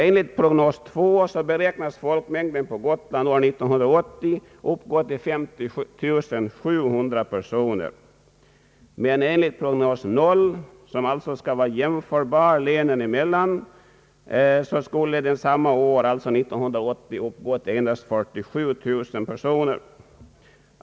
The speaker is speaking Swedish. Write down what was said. Enligt prognos 2 beräknas folkmängden på Gotland år 1980 uppgå till 50 700 personer, men enligt prognos 0, som alltså skall vara mera jämförbar länen emellan, skulle den samma år vara endast 47 000 personer.